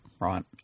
right